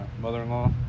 mother-in-law